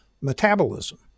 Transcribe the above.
metabolism